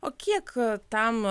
o kiek tam